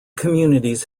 communities